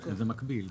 זה מקביל.